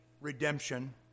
Redemption